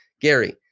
Gary